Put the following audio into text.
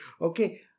Okay